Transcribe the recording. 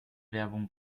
werbung